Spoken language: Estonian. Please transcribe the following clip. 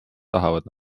tahavad